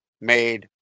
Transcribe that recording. made